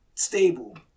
Stable